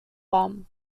bomb